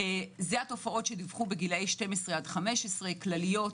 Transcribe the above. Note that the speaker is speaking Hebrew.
זה התופעות שדיווחו בגילאי 12 עד 15, כלליות,